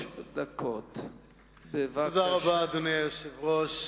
אדוני היושב-ראש,